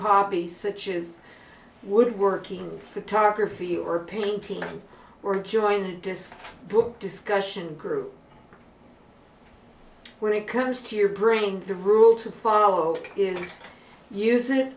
hobby such as woodworking photography or painting we're joined this book discussion group when it comes to your bringing the rule to follow is use it